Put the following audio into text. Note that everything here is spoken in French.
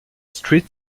street